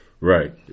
Right